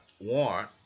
want